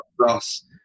plus